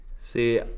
See